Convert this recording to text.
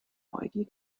neugier